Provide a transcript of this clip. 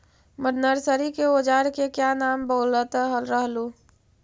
Nursery के ओजार के क्या नाम बोलत रहलू?